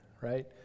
right